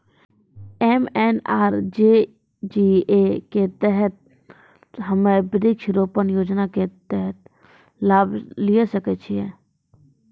MNREGA के तहत हम्मय वृक्ष रोपण योजना के तहत लाभ लिये सकय छियै?